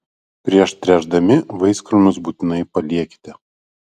prieš tręšdami vaiskrūmius būtinai paliekite